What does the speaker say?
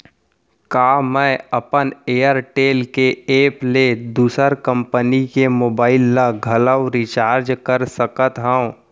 का मैं अपन एयरटेल के एप ले दूसर कंपनी के मोबाइल ला घलव रिचार्ज कर सकत हव?